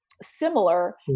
similar